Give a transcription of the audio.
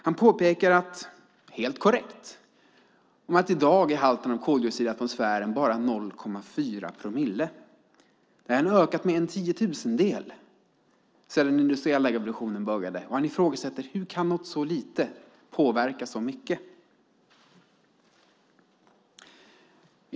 Han påpekar, helt korrekt, att halten koldioxid i atmosfären i dag endast är 0,4 promille. Den har ökat med en tiotusendel sedan början av den industriella revolutionen. Han ifrågasätter hur så lite skulle kunna påverka så mycket.